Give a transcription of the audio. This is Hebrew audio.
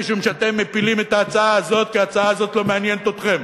משום שאתם מפילים את ההצעה הזאת כי ההצעה הזאת לא מעניינת אתכם,